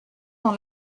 dans